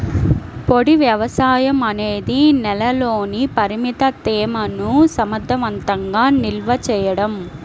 పొడి వ్యవసాయం అనేది నేలలోని పరిమిత తేమను సమర్థవంతంగా నిల్వ చేయడం